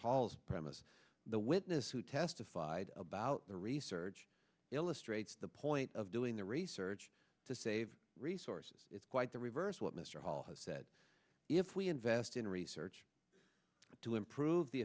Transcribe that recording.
hall's premise the witness who testified about the research illustrates the point of doing the research to save resources it's quite the reverse what mr hall has said if we invest in research to improve the